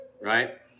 right